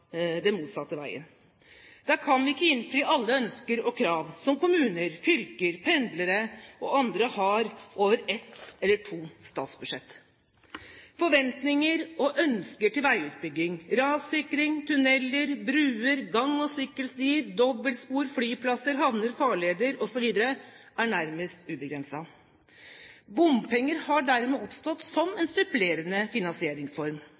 den motsatte veien. Da kan vi ikke innfri alle ønsker og krav som kommuner, fylker, pendlere og andre har, over et eller to statsbudsjett. Forventninger og ønsker til veiutbygging, rassikring, tunneler, bruer, gang- og sykkelstier, dobbeltspor, flyplasser, havner, farleder osv. er nærmest ubegrenset. Bompenger har dermed oppstått som en supplerende finansieringsform.